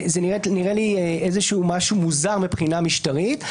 זה נראה לי איזשהו משהו מוזר מבחינה משטרית.